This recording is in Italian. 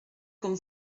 con